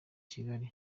kigali